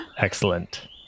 Excellent